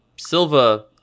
Silva